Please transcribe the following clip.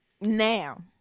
Now